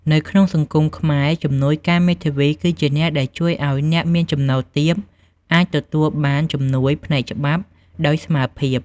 នៅក្នុងសង្គមខ្មែរ ជំនួយការមេធាវីគឺជាអ្នកដែលជួយឱ្យអ្នកមានចំណូលទាបអាចទទួលបានជំនួយផ្នែកច្បាប់ដោយស្មើភាព។